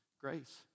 grace